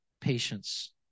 patience